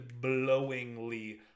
blowingly